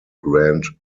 grand